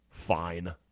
fine